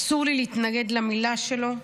אסור לי להתנגד למילה שלו.